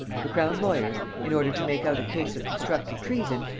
the crown-lawyers, in order to make out a case of constructive treason,